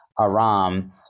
Aram